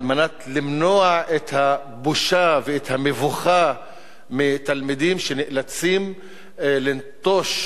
כדי למנוע את הבושה ואת המבוכה מתלמידים שנאלצים לנטוש